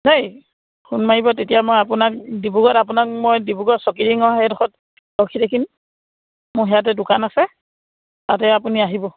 দেই ফোন মাৰিব তেতিয়া মই আপোনাক ডিব্ৰুগড়ত আপোনাক মই ডিব্ৰুগড়ৰ চৌকিডিঙৰ সেইডোৰত ৰখি থাকিম মোৰ সেইয়াতে দোকান আছে তাতে আপুনি আহিব